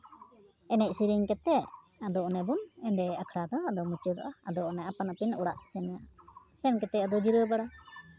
ᱮᱱᱮᱡ ᱥᱮᱨᱮᱧ ᱠᱟᱛᱮᱫ ᱟᱫᱚ ᱚᱱᱮ ᱵᱚᱱ ᱮᱱᱮᱡ ᱟᱠᱷᱲᱟ ᱫᱚ ᱟᱫᱚ ᱢᱩᱪᱟᱹᱫᱚᱜᱼᱟ ᱟᱫᱚ ᱟᱯᱟᱱ ᱟᱹᱯᱤᱱ ᱚᱲᱟᱜ ᱥᱮᱱ ᱥᱮᱱ ᱠᱟᱛᱮᱫ ᱟᱫᱚ ᱡᱤᱨᱟᱹᱣ ᱵᱟᱲᱟ